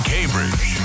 Cambridge